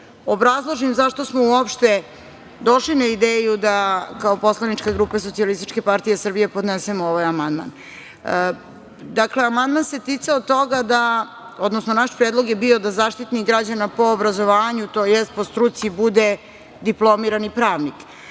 obrazložim zašto smo uopšte došli na ideju da kao poslanička grupa SPS podnesemo ovaj amandman. Dakle, amandman se ticao toga, odnosno naš predlog je bio da Zaštitnik građana po obrazovanju, tj. po struci bude diplomirani pravnik.